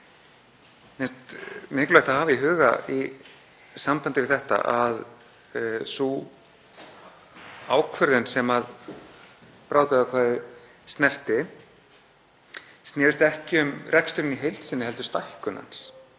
Mér finnst mikilvægt að hafa í huga í sambandi við þetta að sú ákvörðunin sem bráðabirgðaákvæðið snerti snerist ekki um reksturinn í heild sinni heldur stækkun hans.